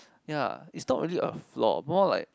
ya is not really a flaw more like